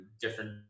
different